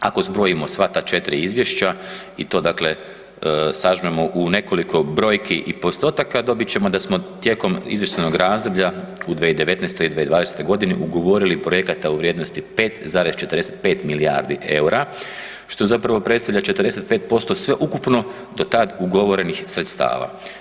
Ako zbrojimo sva ta četiri izvješća i to dakle sažmemo u nekoliko brojki i postotaka dobit ćemo da smo tijekom izvještajnog razdoblja u 2019.-toj i 2020.-toj godini ugovorili projekata u vrijednosti 5,45 milijardi EUR-a što zapravo predstavlja 45% sveukupno do tad ugovorenih sredstava.